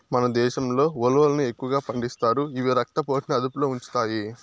మన దేశంలో ఉలవలను ఎక్కువగా పండిస్తారు, ఇవి రక్త పోటుని అదుపులో ఉంచుతాయి